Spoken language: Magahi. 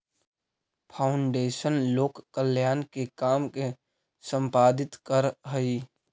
फाउंडेशन लोक कल्याण के काम के संपादित करऽ हई